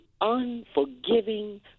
Unforgiving